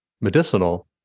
medicinal